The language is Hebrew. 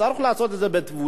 צריך לעשות את זה בתבונה,